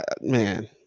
man